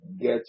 get